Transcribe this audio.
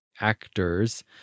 actors